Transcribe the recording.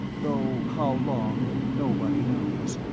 though how long, nobody knows.